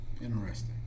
Interesting